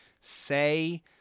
say